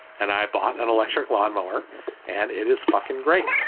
and i bought an electric lawnmower and it is fucking great.